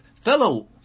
fellow